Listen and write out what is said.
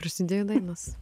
prasidėjo dainos